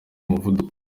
umuvuduko